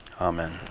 Amen